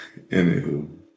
Anywho